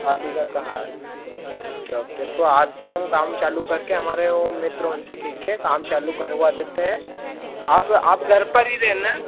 आदिगर कहाय okay okay तो आज से हम काम चालू करके हमारे ओ मित्र हैं उनसे कह के काम चालू करवा देते हैं आप आप घर पर हीं रहना